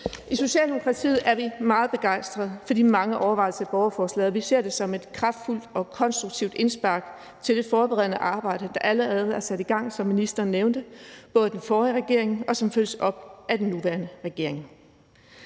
I Socialdemokratiet er vi meget begejstret for de mange overvejelser i borgerforslaget, og vi ser det som et kraftfuldt og konstruktivt indspark til det forberedende arbejde, der allerede er sat i gang, som ministeren nævnte, af den forrige regering, og som følges op af den nuværende regering.